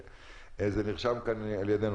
וזה נרשם כאן על ידינו.